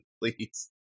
Please